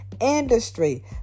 Industry